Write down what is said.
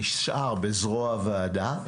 נשאר בזרוע הרווחה.